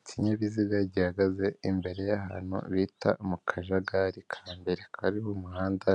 Ikinyabiziga gihagaze imbere y'ahantu bita mu Kajagari ka mbere hakaba ari mu muhanda